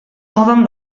modan